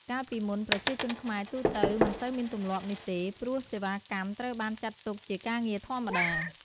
កាលពីមុន ប្រជាជនខ្មែរទូទៅមិនសូវមានទម្លាប់នេះទេ ព្រោះសេវាកម្មត្រូវបានចាត់ទុកជាការងារធម្មតា។